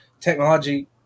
technology